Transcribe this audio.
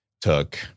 took